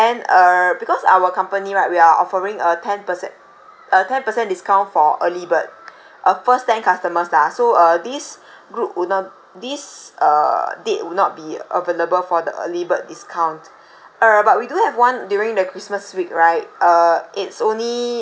uh because our company right we are offering a ten percent a ten percent discount for early bird uh first ten customers lah so uh this group would not this uh date would not be available for the early bird discount uh but we do have one during the christmas week right uh it's only